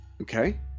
Okay